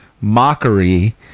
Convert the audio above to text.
mockery